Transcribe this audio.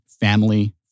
family